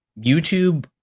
YouTube